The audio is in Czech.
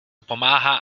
pomáhá